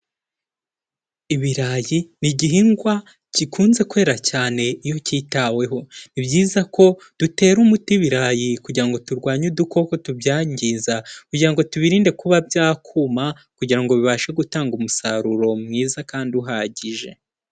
Ibirayi ni igihingwa gikunze kwera cyane iyo cyitaweho. Ni byiza ko dutera umuti ibirayi kugira ngo turwanye udukoko tubyangiza, kugira ngo tubirinde kuba byakuma, kugira ngo bibashe gutanga umusaruro mwiza kandi uhagije.